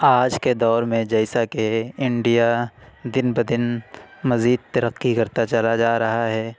آج کے دور میں جیسا کہ انڈیا دِن بہ دِن مزید ترقی کرتا چلا جا رہا ہے